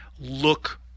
Look